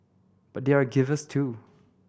but they are givers too